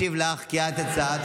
השר השיב לך כי את הצעת,